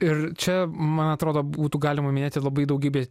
ir čia man atrodo būtų galima minėti labai daugybę